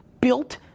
built